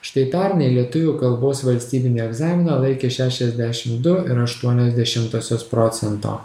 štai pernai lietuvių kalbos valstybinį egzaminą laikė šešiasdešim du ir aštuonios dešimtosios procento